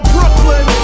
Brooklyn